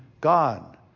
God